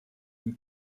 une